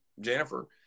Jennifer